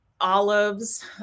olives